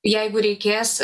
jeigu reikės